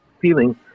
feeling